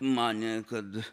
manė kad